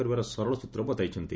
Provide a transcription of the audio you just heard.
କରିବାର ସରଳସୁତ୍ର ବତାଇଛନ୍ତି